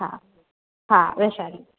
हा हा वैशाली